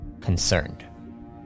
concerned